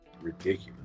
Ridiculous